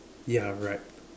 ya right